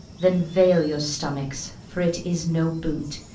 then vail your stomachs, for it is no boot,